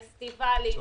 פסטיבלים,